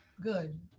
Good